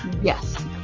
Yes